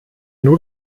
nur